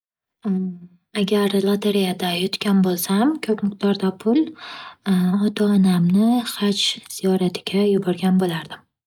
Agar lotareyada yutgan bo'lsam ko'p miqdorda pul ota-onamni haj ziyoratiga yuborgan bo'lardim.